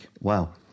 Wow